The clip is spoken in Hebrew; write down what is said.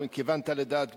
אומרים: כיוונת לדעת גדולים.